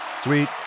sweet